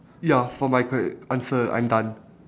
ya for my gr~ answer I'm done